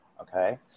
Okay